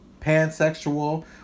pansexual